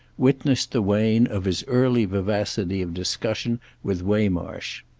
witnessed the wane of his early vivacity of discussion with waymarsh.